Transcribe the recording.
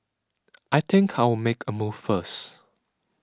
I think I'll make a move first